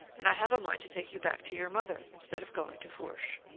and i have a mind to take you back to your mother, instead of going to fourche.